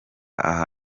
aha